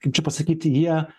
kaip čia pasakyt jie